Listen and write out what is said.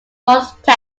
most